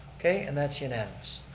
okay and that's unanimous.